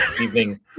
evening